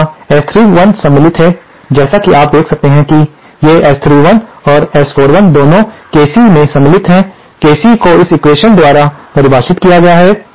अब यहाँ S31 सम्मिलित है जैसा कि आप देख सकते हैं कि ये S31 और S41 दोनों KC में सम्मिलित हैं KC को इस एक्वेशन्स द्वारा परिभाषित किया गया है